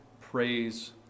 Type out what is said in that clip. praise